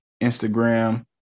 Instagram